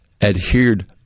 adhered